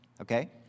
Okay